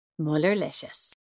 Mullerlicious